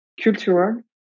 cultural